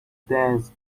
dense